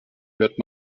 hört